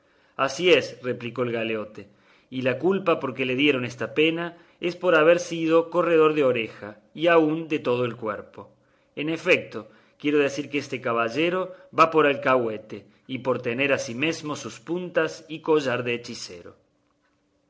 así es replicó el galeote y la culpa por que le dieron esta pena es por haber sido corredor de oreja y aun de todo el cuerpo en efecto quiero decir que este caballero va por alcahuete y por tener asimesmo sus puntas y collar de hechicero